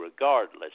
regardless